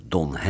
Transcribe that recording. Don